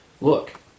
Look